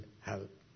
help